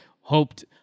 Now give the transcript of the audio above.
hoped